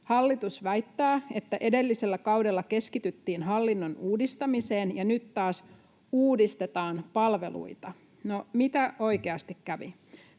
Hallitus väittää, että edellisellä kaudella keskityttiin hallinnon uudistamiseen ja nyt taas uudistetaan palveluita. No, mitä oikeasti kävi?